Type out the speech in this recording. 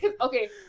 Okay